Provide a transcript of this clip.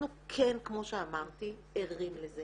אנחנו כן, כמו שאמרתי, ערים לזה